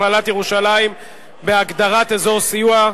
הכללת ירושלים בהגדרת אזור סיוע),